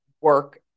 work